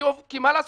כי מה לעשות,